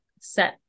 set